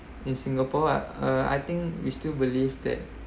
in singapore I uh I think we still believe that